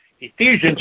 Ephesians